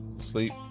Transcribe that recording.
sleep